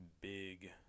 big